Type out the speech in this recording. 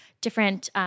different